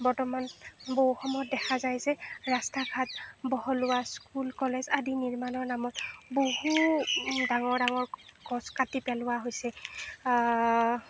বৰ্তমান বহু সময়ত দেখা যায় যে ৰাস্তা ঘাট বহলোৱা স্কুল কলেজ আদি নিৰ্মাণৰ নামত বহু ডাঙৰ ডাঙৰ গছ কাটি পেলোৱা হৈছে